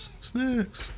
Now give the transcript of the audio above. Snacks